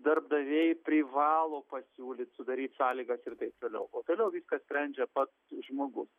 darbdaviai privalo pasiūlyt sudaryt sąlygas ir taip toliau o toliau viską sprendžia pats žmogus